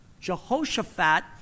Jehoshaphat